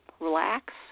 relax